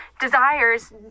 desires